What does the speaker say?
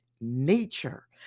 nature